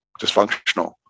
dysfunctional